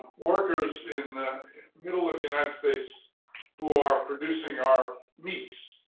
workers in the middle of the united states who are producing our meats,